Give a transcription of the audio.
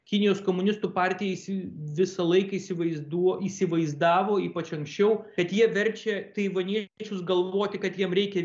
kinijos komunistų partijai si visą laiką įsivaizduo įsivaizdavo ypač anksčiau kad jie verčia taivaniečius galvoti kad jiem reikia